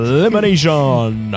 Elimination